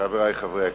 חברי חברי הכנסת,